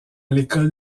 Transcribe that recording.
l’école